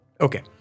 okay